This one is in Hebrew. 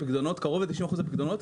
לקרוב ל-90 אחוז מהפקדונות,